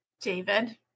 David